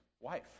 wife